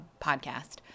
podcast